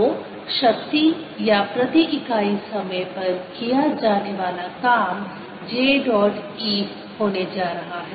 तो शक्ति या प्रति इकाई समय पर किया जाने वाला काम j डॉट E होने जा रहा है